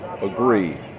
agree